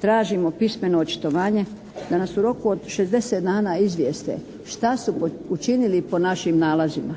tražimo pismeno očitovanje da nas u roku od 60 dana izvijeste što su učinili po našim nalazima.